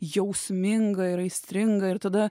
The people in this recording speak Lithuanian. jausminga ir aistringa ir tada